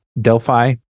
Delphi